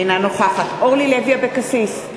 אינה נוכחת אורלי לוי אבקסיס,